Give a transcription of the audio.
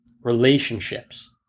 relationships